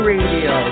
Radio